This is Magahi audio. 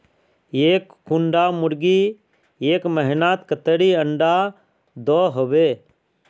एक कुंडा मुर्गी एक महीनात कतेरी अंडा दो होबे?